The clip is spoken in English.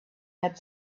had